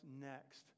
next